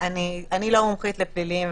אני לא מומחית לפלילים,